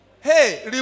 Hey